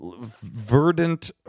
verdant